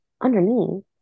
underneath